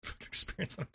experience